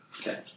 Okay